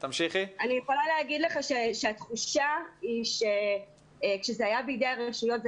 אני יכולה להגיד לך שהתחושה היא שכאשר זה היה בידי הרשויות,